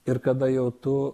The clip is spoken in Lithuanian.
ir kada jau tu